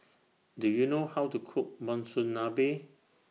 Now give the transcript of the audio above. Do YOU know How to Cook Monsunabe